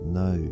no